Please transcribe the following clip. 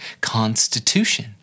constitution